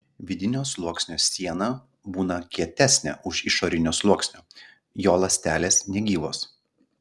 vidinio sluoksnio siena būna kietesnė už išorinio sluoksnio jo ląstelės negyvos